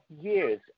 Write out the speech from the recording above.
years